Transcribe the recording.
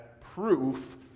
proof